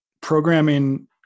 programming